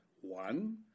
One